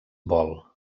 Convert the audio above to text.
vol